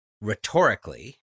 rhetorically